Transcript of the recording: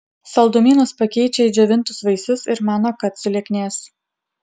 saldumynus pakeičia į džiovintus vaisius ir mano kad sulieknės